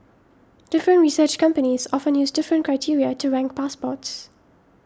different research companies often use different criteria to rank passports